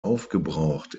aufgebraucht